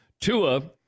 Tua